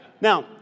Now